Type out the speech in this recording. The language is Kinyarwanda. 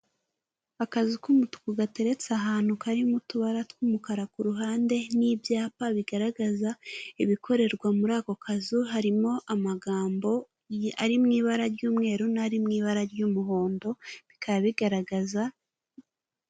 Akazu k'umutuku gateretse ahantu karimo utubara tw'umukara ku ruhande n'ibyapa bigaragaza ibikorerwa muri ako kazu harimo amagambo ari mu ibara ry'umweru n'ari mu ibara ry'umuhondo bikaba bigaragaza.